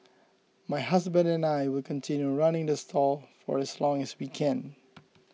my husband and I will continue running the stall for as long as we can